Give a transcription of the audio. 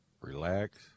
relax